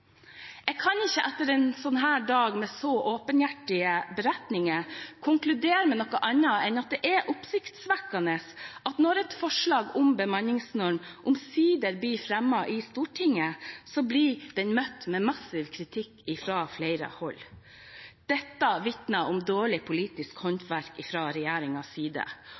Jeg kan ikke etter en dag med så åpenhjertige beretninger konkludere med noe annet enn at det er oppsiktsvekkende at når et forslag om bemanningsnorm omsider blir fremmet i Stortinget, blir det møtt med massiv kritikk fra flere hold. Dette vitner om dårlig politisk håndverk fra regjeringens side.